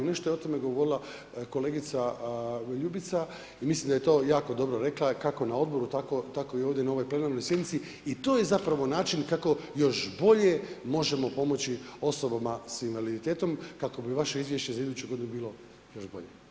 Nešto je o tome govorila kolegica Ljubica i mislim da je to jako dobro rekla, kako na Odboru tako i ovdje na ovoj plenarnoj sjednici i to je zapravo način kako još bolje možemo pomoći osobama s invaliditetom kako bi vaše izvješće za iduću godinu bilo još bolje.